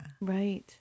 Right